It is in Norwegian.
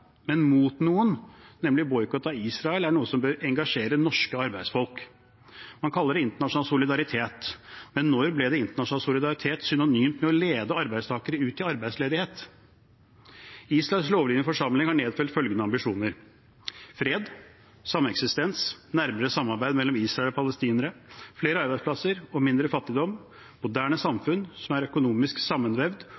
men mot noen, nemlig ved boikott av Israel – er noe som bør engasjere norske arbeidsfolk. Man kaller det internasjonal solidaritet. Men når ble internasjonal solidaritet synonymt med å lede arbeidstakere ut i arbeidsledighet? Israels lovgivende forsamling har nedfelt følgende ambisjoner: Fred, sameksistens, nærmere samarbeid mellom Israel og palestinere, flere arbeidsplasser og mindre fattigdom, et moderne